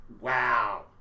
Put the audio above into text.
wow